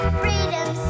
freedom